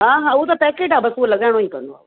हा हा हू त पैकेट आहे बसि उहो लॻाइणो ई पवंदो आहे